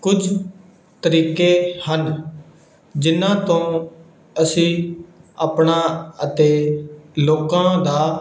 ਕੁਝ ਤਰੀਕੇ ਹਨ ਜਿਨਾਂ ਤੋਂ ਅਸੀਂ ਆਪਣਾ ਅਤੇ ਲੋਕਾਂ ਦਾ